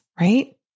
right